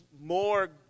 more